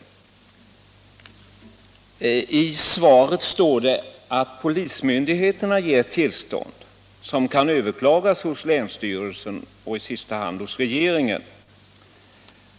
I svaret står det att polismyndigheterna ger tillstånd som kan överklagas hos länsstyrelsen och i sista hand hos regeringen.